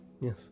Yes